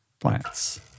plants